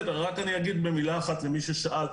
אגיד רק במשפט אחד למי ששאל,